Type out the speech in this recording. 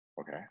Okay